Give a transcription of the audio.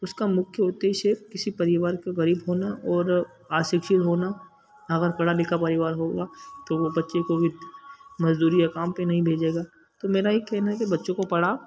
उसका मुख्य उद्देश्य है किसी परिवार के गरीब होना और अशिक्षित होना अगर पढ़ा लिखा परिवार होगा तो वह बच्चे को भी मजदूरी या काम पर नहीं भेजेगा तो मेरा यह कहना है कि बच्चो को पढ़ा